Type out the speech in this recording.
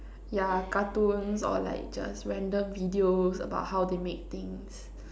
ya cartoons or like just random videos about how they make things